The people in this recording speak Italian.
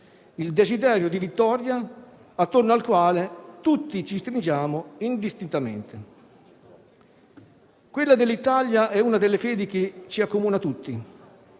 il desiderio di vittoria attorno al quale tutti ci stringiamo indistintamente. Quella dell'Italia è una delle fedi che ci accomuna tutti.